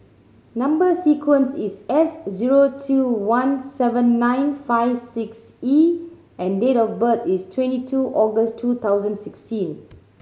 number sequence is S zero two one seven nine five six E and date of birth is twenty two August two thousand sixteen